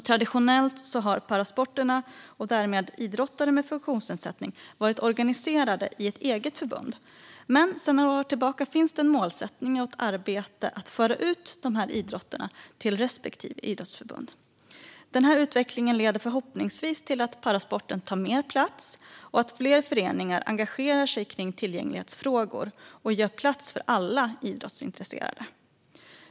Traditionellt har parasporterna och därmed idrottare med funktionsnedsättning varit organiserade i ett eget förbund. Men sedan några år tillbaka finns en målsättning och ett arbete med att föra ut dessa idrotter till respektive idrottsförbund. Den här utvecklingen leder förhoppningsvis till att parasporten tar mer plats och att fler föreningar engagerar sig för tillgänglighetsfrågor och gör plats för alla idrottsintresserade.